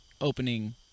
opening